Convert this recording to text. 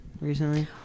recently